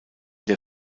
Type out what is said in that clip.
der